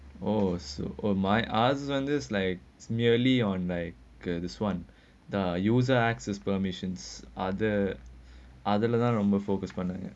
oh so uh my ask wonders like merely on like this [one] the user access permissions other அதெல்லாம்:athelaam focused like that